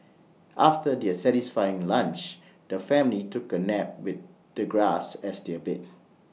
after their satisfying lunch the family took A nap with the grass as their bed